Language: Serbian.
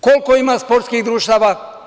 Koliko ima sportskih društava?